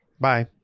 Bye